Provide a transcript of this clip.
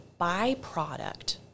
byproduct